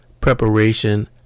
preparation